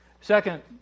Second